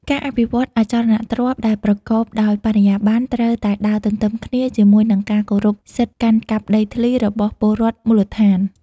ការអភិវឌ្ឍអចលនទ្រព្យដែលប្រកបដោយបរិយាបន្ន ត្រូវតែដើរទន្ទឹមគ្នាជាមួយនឹងការគោរពសិទ្ធិកាន់កាប់ដីធ្លីរបស់ពលរដ្ឋមូលដ្ឋាន។